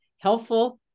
helpful